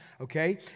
Okay